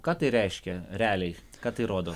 ką tai reiškia realiai ką tai rodo